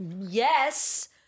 Yes